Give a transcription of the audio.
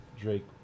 Drake